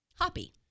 Hoppy